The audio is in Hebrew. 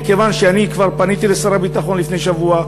מכיוון שאני כבר פניתי לשר הביטחון לפני שבוע,